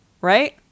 right